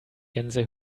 gänse